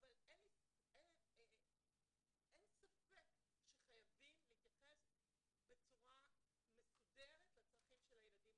אין ספק שחייבים להתייחס בצורה מסודרת לצרכים של הילדים